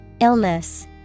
Illness